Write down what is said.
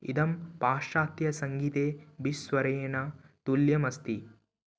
इदं पाश्चात्यसङ्गीते विस्वरेन तुल्यमस्ति